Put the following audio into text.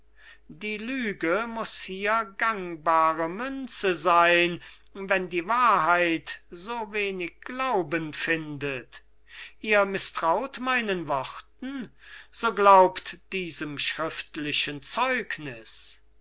die lüge muß hier gangbare münze sein wenn die wahrheit so wenig glauben findet ihr mißtraut meinen worten so glaubt diesem schriftlichen zeugniß